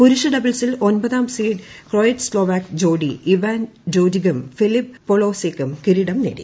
പുരുഷ ഡബിൾസിൽ ഒൻപതാം സീഡ് ക്രൊയറ്റ് സ്തോവാക് ജോഡി ഇവാൻ ഡോഡിഗും ഫിലിപ്പ് പോളാസെക്കും കിരീടം നേടി